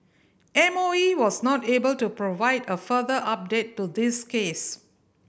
M O E was not able to provide a further update to this case